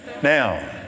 Now